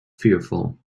fearful